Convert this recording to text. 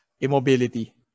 Immobility